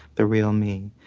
the real me,